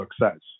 success